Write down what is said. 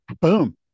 Boom